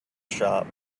shop